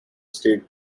state